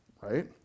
Right